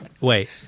Wait